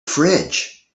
fridge